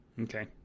Okay